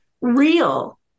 real